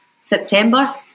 September